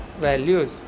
values